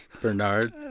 Bernard